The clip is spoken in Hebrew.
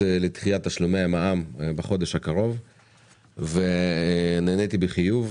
לדחיית תשלומי המע"מ בחודש הקרוב ונעניתי בחיוב.